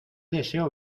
deseo